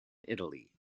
italy